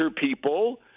people